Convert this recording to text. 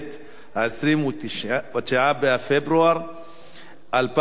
29 בפברואר 2012,